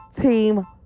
team